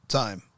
time